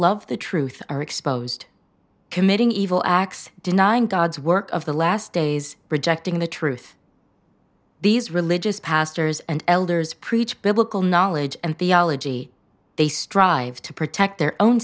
love the truth are exposed committing evil acts denying god's work of the last days rejecting the truth these religious pastors and elders preach biblical knowledge and theology they strive to protect their own